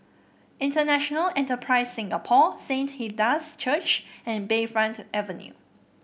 International Enterprise Singapore Saint Hilda's Church and Bayfront Avenue